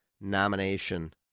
nomination